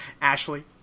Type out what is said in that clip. Ashley